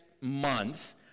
month